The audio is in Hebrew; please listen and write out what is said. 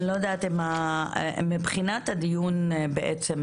אני לא יודעת, מבחינת הדיון בעצם